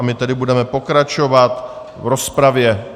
My tedy budeme pokračovat v rozpravě.